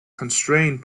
constrained